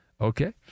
Okay